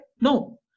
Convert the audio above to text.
No